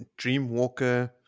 Dreamwalker